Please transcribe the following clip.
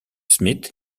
smith